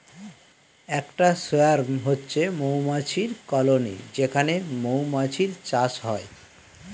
একটা সোয়ার্ম হচ্ছে মৌমাছির কলোনি যেখানে মৌমাছির চাষ হয়